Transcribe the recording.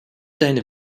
deine